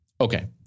Okay